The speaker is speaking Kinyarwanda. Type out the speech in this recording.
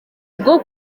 byo